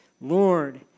Lord